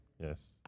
Yes